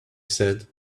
said